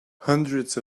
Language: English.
hundreds